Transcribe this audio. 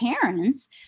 parents